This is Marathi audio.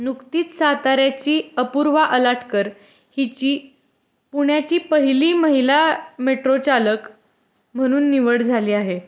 नुकतीच साताऱ्याची अपूर्वा अलाटकर हिची पुण्याची पहिली महिला मेट्रो चालक म्हणून निवड झाली आहे